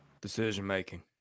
Decision-making